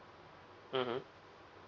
mmhmm